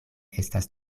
estas